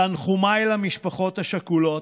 תנחומיי למשפחות השכולות,